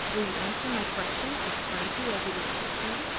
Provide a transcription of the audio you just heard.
will you answer my question as frankly as it is put to you?